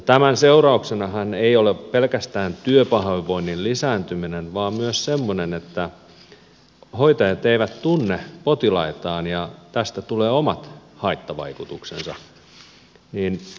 tämän seurauksenahan ei ole pelkästään työpahoinvoinnin lisääntyminen vaan myös semmoinen että hoitajat eivät tunne potilaitaan ja tästä tulee omat haittavaikutuksensa